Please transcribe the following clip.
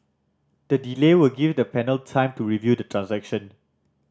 the delay will give the panel time to review the transaction